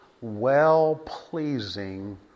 well-pleasing